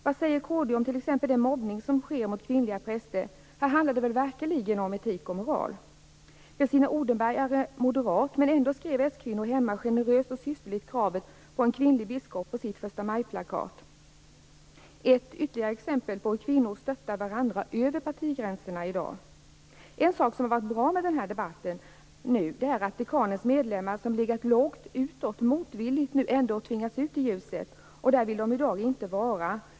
Vad säger kd om t.ex. den mobbning som sker mot kvinnliga präster? Här handlar det verkligen om etik och moral. Christina Odenberg är moderat, men ändå skrev skvinnor hemma generöst och systerligt kravet på en kvinnlig biskop på sin förstamajplakat. Det är ytterligare ett exempel på hur kvinnor stöttar varandra över partigränserna i dag. En sak som varit bra med den här debatten är att dekanens medlemmar som legat lågt utåt motvilligt nu tvingats ut i ljuset, och där vill de inte vara.